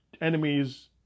enemies